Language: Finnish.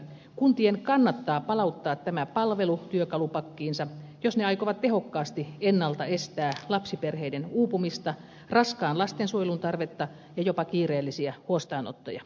kuntien kannattaa palauttaa tämä palvelu työkalupakkiinsa jos ne aikovat tehokkaasti estää ennalta lapsiperheiden uupumista raskaan lastensuojelun tarvetta ja jopa kiireellisiä huostaanottoja